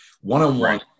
One-on-one